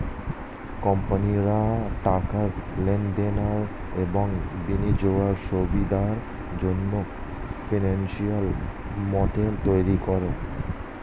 কোম্পানিরা টাকার লেনদেনের এবং বিনিয়োগের সুবিধার জন্যে ফিনান্সিয়াল মডেল তৈরী করে